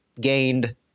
gained